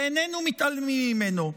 שאיננו מתעלמים ממנו,